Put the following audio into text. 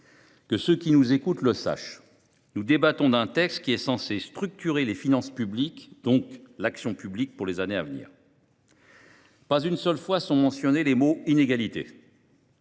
Que ceux qui nous écoutent le sachent : nous débattons d’un texte qui est censé structurer les finances publiques, donc l’action publique, pour les années à venir. Or pas une seule fois ne sont mentionnés les mots « inégalités »